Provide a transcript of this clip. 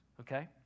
okay